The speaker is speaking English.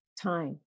time